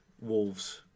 Wolves